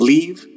Leave